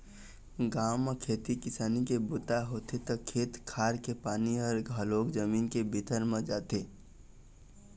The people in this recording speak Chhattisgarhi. गाँव म खेती किसानी के बूता होथे त खेत खार के पानी ह घलोक जमीन के भीतरी म जाथे